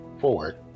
forward